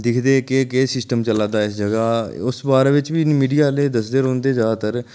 दिखदे केह् केह् सिस्टम चलै दा इस जगह् उस बारे बिच बी मीडिया आह्ले दसदे रौंह्दे जैदातर